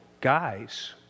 guys